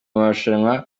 marushanwa